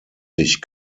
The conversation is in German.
sich